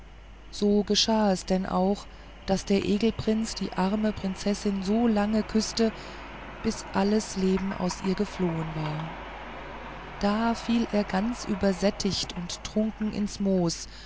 so geschah es denn auch daß der egelprinz die arme prinzessin so lange küßte bis alles leben aus ihr geflohen war da fiel er ganz übersättigt und trunken ins moos